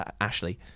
Ashley